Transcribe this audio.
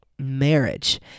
marriage